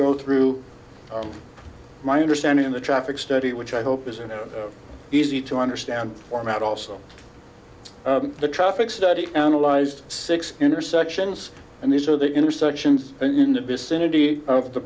go through my understanding in the traffic study which i hope is an easy to understand format also the traffic study analyzed six intersections and these are the intersections in the vicinity of the